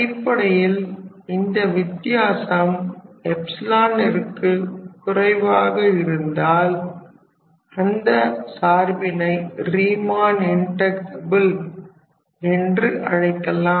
அடிப்படையில் இந்த வித்தியாசம் விற்கு குறைவாக இருந்தால் அந்த சார்பினை ரீமன் இன்ட்டகிரபில் என்று அழைக்கலாம்